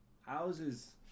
houses